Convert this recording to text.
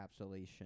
encapsulation